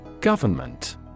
Government